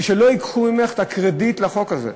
ושלא ייקחו ממך את הקרדיט על החוק הזה.